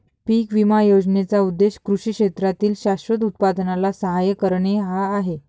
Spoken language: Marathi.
पीक विमा योजनेचा उद्देश कृषी क्षेत्रातील शाश्वत उत्पादनाला सहाय्य करणे हा आहे